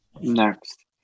Next